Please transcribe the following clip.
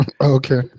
Okay